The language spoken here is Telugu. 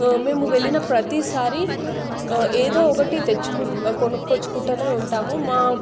మేము వెళ్లిన ప్రతిసారి ఏదో ఒకటి తెచ్చుకొని కొనుక్కొచుకుంటానే ఉంటాము మా